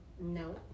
No